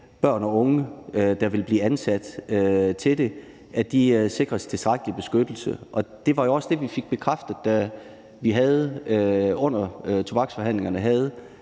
børn og unge, der vil blive ansat til det, sikres tilstrækkelig beskyttelse, og det var jo også det, vi fik bekræftet, da vi under tobaksforhandlingerne havde